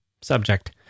Subject